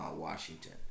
Washington